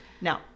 Now